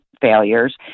failures